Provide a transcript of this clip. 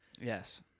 Yes